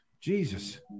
Jesus